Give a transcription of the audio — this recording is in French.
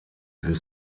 veut